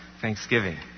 Thanksgiving